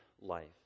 life